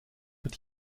wird